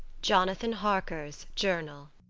jonathan harker's journal.